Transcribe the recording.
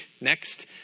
next